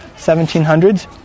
1700s